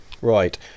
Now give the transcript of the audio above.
Right